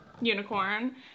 unicorn